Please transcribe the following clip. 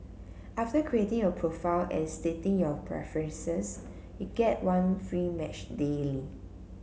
after creating your profile and stating your preferences you get one free match daily